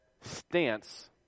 stance